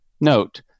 Note